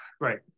right